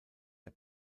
der